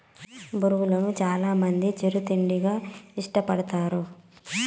బొరుగులను చానా మంది చిరు తిండిగా ఇష్టపడతారు